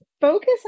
Focus